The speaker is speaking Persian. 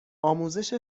آموزش